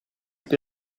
più